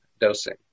dosing